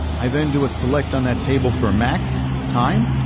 i then do a select on that table for a max time,